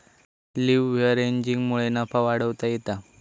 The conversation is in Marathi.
लीव्हरेजिंगमुळे नफा वाढवता येता